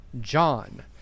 John